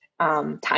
Time